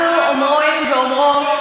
אנחנו אומרים ואומרות,